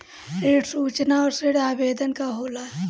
ऋण सूचना और ऋण आवेदन का होला?